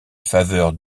faveurs